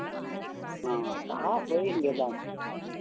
ᱛᱟ ᱦᱩᱭᱮᱱ ᱜᱮᱵᱟᱝ